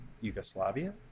Yugoslavia